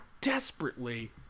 desperately